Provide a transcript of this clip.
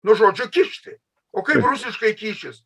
nuo žodžio kišti o kaip rusiškai kyšis